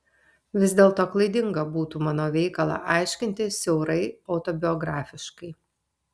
vis dėlto klaidinga būtų mano veikalą aiškinti siaurai autobiografiškai